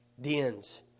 dens